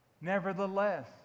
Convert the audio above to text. Nevertheless